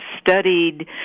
studied